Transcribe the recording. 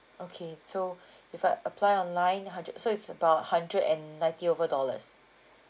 okay so if I apply online hundred so it's about hundred and ninety over dollars